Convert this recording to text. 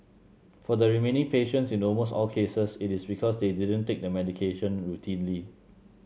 for the remaining patients in almost all cases it is because they didn't take the medication routinely